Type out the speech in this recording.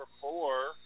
four